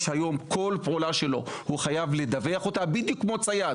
כל פעולה שלו הוא חייב לדווח אותה בדיוק כמו צייד.